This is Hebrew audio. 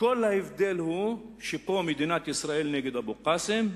כל ההבדל הוא, שפה מדינת ישראל נגד אבו קאסם,